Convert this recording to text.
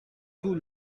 tout